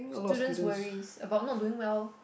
student worries about not doing well